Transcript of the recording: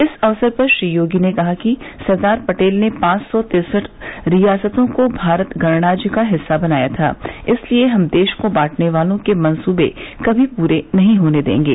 इस अवसर पर श्री योगी ने कहा कि सरदार पटेल ने पांच सौ तिरसठ रियासतों को भारत गणराज्य का हिस्सा बनाया था इसलिए हम देश को बांटने वालों के मंसूबे कभी पूरे नहीं होने देंगे